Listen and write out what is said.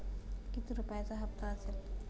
किती रुपयांचा हप्ता असेल?